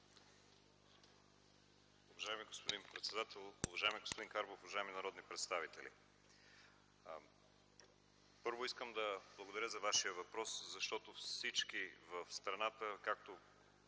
Уважаеми господин председател, уважаеми господин Карбов, уважаеми народни представители! Първо, искам да благодаря за Вашия въпрос, защото всички в страната –